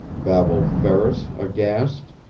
babbled ferris, aghast.